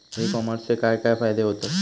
E कॉमर्सचे काय काय फायदे होतत?